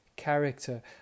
character